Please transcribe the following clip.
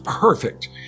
Perfect